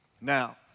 Now